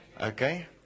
Okay